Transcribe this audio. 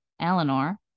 Eleanor